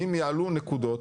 אם יעלו נקודות,